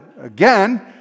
again